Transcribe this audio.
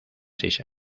seis